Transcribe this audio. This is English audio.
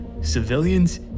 Civilians